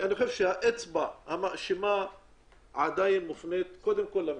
לדעתי האצבע המאשימה עדיין מופנית קודם כל למשטרה.